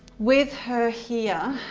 with her here,